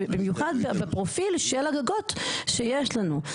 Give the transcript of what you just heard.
ובמיוחד בפרופיל של הגגות שיש לנו.